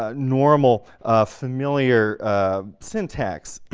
ah normal um familiar ah syntax.